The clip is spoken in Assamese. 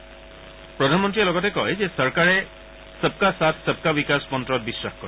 ফগ্ৰধানমন্ত্ৰীয়ে লগতে কয় যে চৰকাৰে সব্কা সাথ সব্কা বিকাশ মন্ত্ৰত বিশ্বাস কৰে